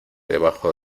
debajo